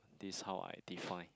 this is how I define